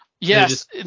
yes